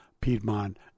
Piedmont